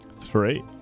Three